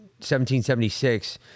1776